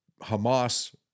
Hamas